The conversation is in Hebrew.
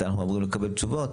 מתי אנחנו אמורים לקבל תשובות,